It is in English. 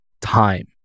time